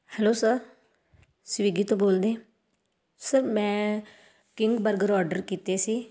hello sir Swiggy ਤੋਂ ਬੋਲਦੇ ਆ ਸਰ ਮੈਂ ਕਿੰਗ ਬਰਗਰ ਔਡਰ ਕੀਤੇ ਸੀ